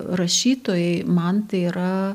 rašytojai man tai yra